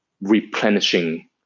replenishing